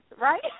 right